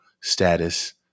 status